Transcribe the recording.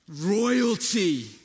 Royalty